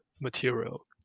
material